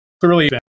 clearly